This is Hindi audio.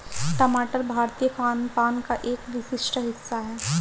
टमाटर भारतीय खानपान का एक विशिष्ट हिस्सा है